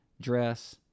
dress